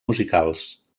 musicals